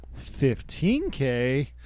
15k